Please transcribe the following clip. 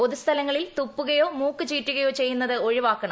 പൊതു സ്ഥലങ്ങളിൽ തുപ്പുകയോ മൂക്ക് ചീറ്റുകയോ ചെയ്യുന്നത് ഒഴിവാക്കണം